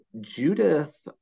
Judith